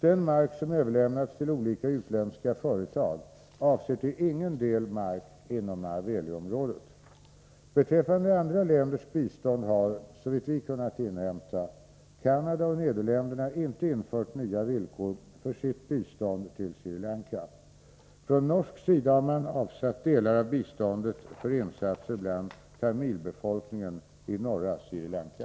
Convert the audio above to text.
Den mark som överlämnats till olika utländska företag är mark som till ingen del ligger inom Mahaweli-området. Beträffande andra länders bistånd har — såvitt vi kunnat inhämta — Canada och Nederländerna inte infört nya villkor för sitt bistånd till Sri Lanka. Från norsk sida har man avsatt delar av biståndet för insatser bland tamilbefolkningen i norra Sri Lanka.